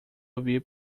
havia